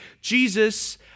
Jesus